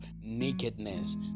nakedness